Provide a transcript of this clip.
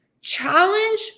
challenge